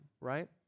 right